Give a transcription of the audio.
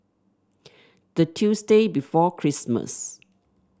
the Tuesday before Christmas